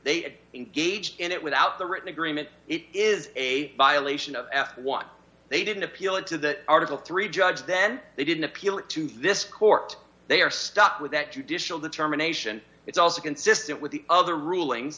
they engage in it without the written agreement it is a violation of f one they didn't appeal it to that article three judge then they didn't appeal it to this court they are stuck with that judicial determination it's also consistent with the other ruling